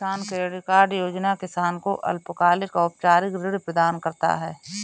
किसान credit card योजना किसान को अल्पकालिक औपचारिक ऋण प्रदान करता है